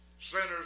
Sinners